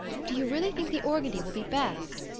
do you really think the organdy will be best?